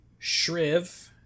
Shriv